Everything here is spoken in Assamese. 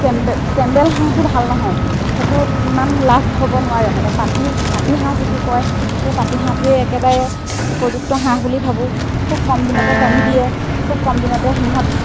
কেম্বেল কেম্বেল হাঁহটো ভাল নহয় সেইটোত ইমান লাভ হ'ব নোৱাৰে মানে পাতি পাতি হাঁহ যিটো কয় সেই পাতি হাঁহটোৱে একেবাৰে উপযুক্ত হাঁহ বুলি ভাবোঁ খুব কম দিনতে কণী দিয়ে খুব কম দিনতে সিহঁত